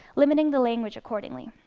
limiting the language accordingly.